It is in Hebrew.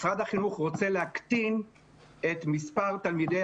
משרד החינוך רוצה להקטין את מספר תלמידי